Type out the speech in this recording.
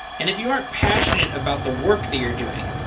and if you are passionate about the work that you're doing,